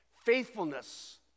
Faithfulness